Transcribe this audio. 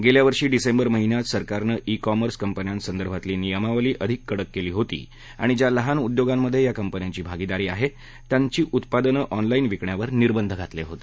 गेल्या वर्षी डिसेंबर महिन्यात सरकारनं ई कॉमर्स कंपन्यांसदर्भातली नियमावली अधिक कडक केली होती आणि ज्या लहान उद्योगांमध्ये या कंपन्यांची भागीदारी आहे त्यांची उत्पादनं ऑनलाईन विकण्यावर निर्बंध घातले होते